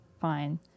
fine